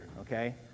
okay